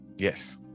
yes